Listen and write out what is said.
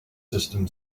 system